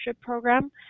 program